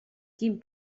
quin